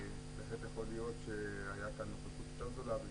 בהחלט יכול להיות שהייתה כאן נוכחות יותר גדולה אם